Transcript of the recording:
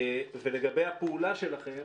ולגבי הפעולה שלכם,